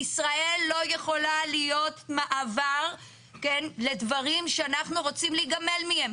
ישראל לא יכולה להיות מעבר לדברים שאנחנו רוצים להיגמל מהם,